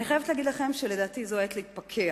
אני חייבת להגיד לכם שזו עת להתפכח,